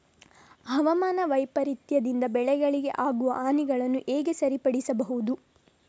ಹವಾಮಾನ ವೈಪರೀತ್ಯದಿಂದ ಬೆಳೆಗಳಿಗೆ ಆಗುವ ಹಾನಿಗಳನ್ನು ಹೇಗೆ ಸರಿಪಡಿಸಬಹುದು?